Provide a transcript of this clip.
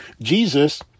Jesus